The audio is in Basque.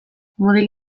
mutil